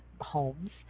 homes